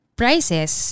prices